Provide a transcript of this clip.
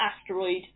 asteroid